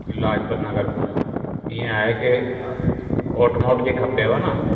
लाजपत नगर खां इअं आहे की ओट मोटिजी खपेव न